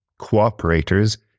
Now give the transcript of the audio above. cooperators